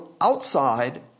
outside